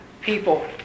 people